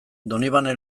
donibane